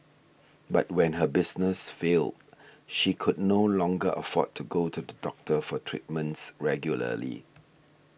but when her business failed she could no longer afford to go to the doctor for treatments regularly